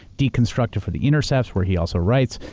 deconstructed for the intercepts where he also writes.